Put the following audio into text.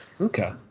Okay